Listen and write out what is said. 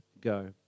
go